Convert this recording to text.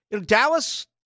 Dallas